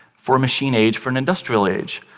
for a machine age, for an industrial age.